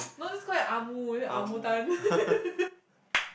no I just call him Ah-Mu his name is Ah-Mu-Tan